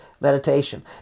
meditation